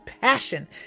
passion